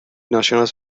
ناشناس